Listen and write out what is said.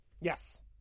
Yes